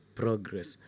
progress